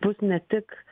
bus ne tik